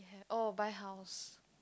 oh by house